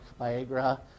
Viagra